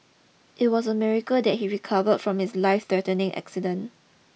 it was a miracle that he recovered from his lifethreatening accident